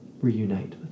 reunite